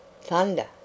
Thunder